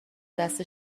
دست